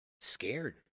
scared